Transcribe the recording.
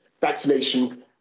vaccination